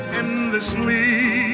endlessly